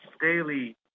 daily